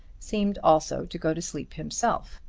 seemed also to go to sleep himself.